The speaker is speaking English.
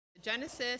Genesis